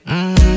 Mmm